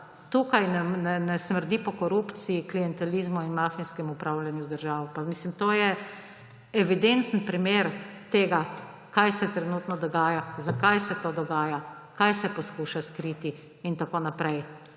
tukaj ne smrdi po korupciji, klientelizmu in mafijskem upravljanju z državo? Pa mislim, to je evidenten primer tega, kaj se trenutno dogaja, zakaj se to dogaja, kaj se poskuša skriti in tako naprej.